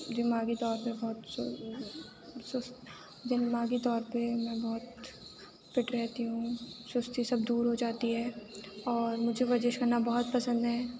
دماغی طور پہ بہت سُست دماغی طور پہ میں بہت فٹ رہتی ہوں سُستی سب دور ہو جاتی ہے اور مجھے ورزش کرنا بہت پسند ہے